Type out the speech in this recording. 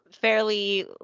fairly